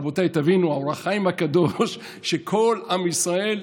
רבותיי, תבינו, אור החיים הקדוש, שכל עם ישראל,